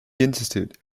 institute